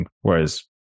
whereas